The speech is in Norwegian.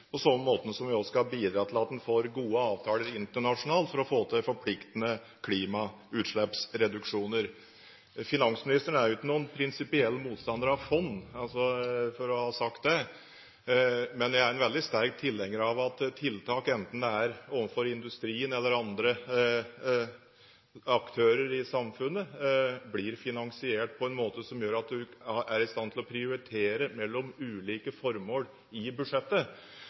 på samme måte som vi òg skal bidra til å få gode avtaler internasjonalt for å få forpliktende klimautslippsreduksjoner. Finansministeren er ikke noen prinsipiell motstander av fond, for å ha sagt det, men en veldig sterk tilhenger av at tiltak – enten det er overfor industrien eller andre aktører i samfunnet – blir finansiert på en måte som gjør at en er i stand til å prioritere mellom ulike formål i budsjettet.